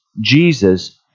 Jesus